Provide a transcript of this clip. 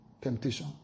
temptation